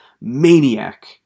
maniac